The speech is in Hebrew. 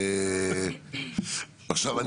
כדי שהפרוטוקול ישמע.